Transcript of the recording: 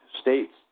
States